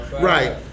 right